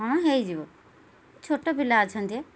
ହଁ ହେଇଯିବ ଛୋଟ ପିଲା ଅଛନ୍ତି